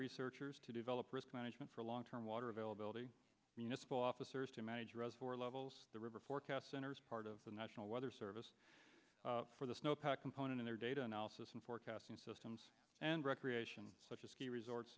researchers to develop risk management for long term water availability municipal officers to manage reservoir levels the river forecast center as part of the national weather service for the snowpack component in their data analysis and forecasting systems and recreation such a ski resorts